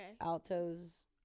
Altos